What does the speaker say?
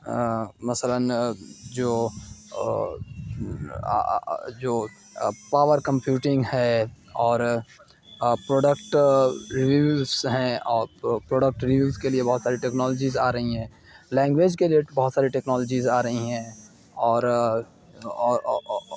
مثلاً جو جو پاور کمپوٹنگ ہے اور پروڈکٹ رویوز ہیں اور پروڈکٹ رویوز کے لیے بہت ساری ٹیکنالوجیز آ رہی ہیں لینگویج کے لیے بہت ساری ٹیکنالوجیز آ رہی ہیں اور اور